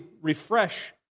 refresh